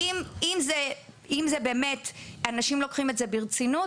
אם באמת אנשים לוקחים את זה ברצינות,